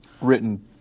written